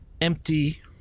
empty